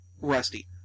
rusty